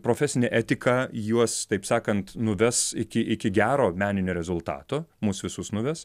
profesinė etika juos taip sakant nuves iki iki gero meninio rezultato mus visus nuves